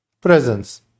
presence